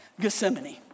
Gethsemane